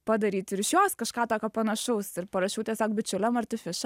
padaryt ir iš jos kažką tokio panašaus ir parašiau tiesiog bičiuliam artificial